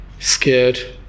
scared